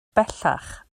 bellach